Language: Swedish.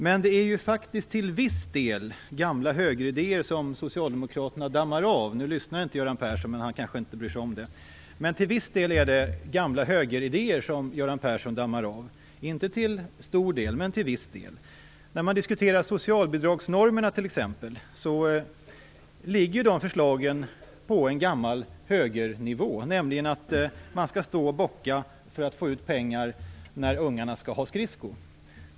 Inte till större del, men väl till viss del är det faktiskt gamla högeridéer som Socialdemokraterna dammar av - jag märker att Göran Persson inte lyssnar just nu, men han bryr sig kanske inte om det. T.ex. när det gäller diskussionen om socialbidragsnormerna ligger förslagen på gammal högernivå: Man skall stå och bocka för att få ut pengar när ungarna skall ha skridskor.